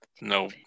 No